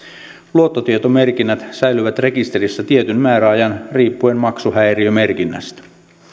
luottotietomerkinnät säilyvät rekisterissä tietyn määräajan riippuen maksuhäiriömerkinnästä